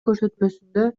көрсөтмөсүндө